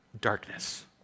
darkness